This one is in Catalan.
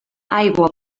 aigua